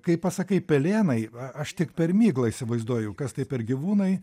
kai pasakai pelėnai va aš tik per miglą įsivaizduoju kas tai per gyvūnai